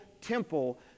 temple